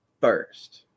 first